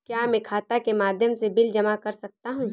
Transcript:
क्या मैं खाता के माध्यम से बिल जमा कर सकता हूँ?